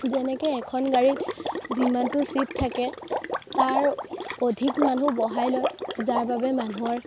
যেনেকে এখন গাড়ীত যিমানটো ছিট থাকে তাৰ অধিক মানুহ বহাই লয় যাৰ বাবে মানুহৰ